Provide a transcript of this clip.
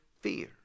fear